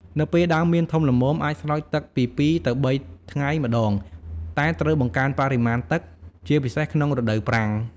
នៅពេលដើមមៀនធំល្មម អាចស្រោចទឹកពី ២ ទៅ ៣ ថ្ងៃម្តង តែត្រូវបង្កើនបរិមាណទឹក ជាពិសេសក្នុងរដូវប្រាំង។